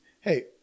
Hey